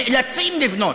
נאלצים לבנות,